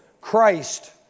Christ